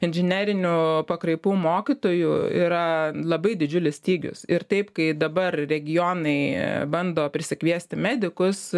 inžinerinių pakraipų mokytojų yra labai didžiulis stygius ir taip kai dabar regionai bando prisikviesti medikus